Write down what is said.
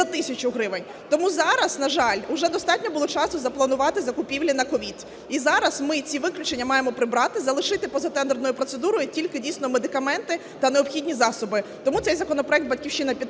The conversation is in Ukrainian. Тому зараз, на жаль, уже достатньо було часу запланувати закупівлі на COVID, і зараз ми ці виключення маємо прибрати, залишити поза тендерною процедурою тільки дійсно медикаменти та необхідні засоби. Тому цей законопроект "Батьківщина" підтримує,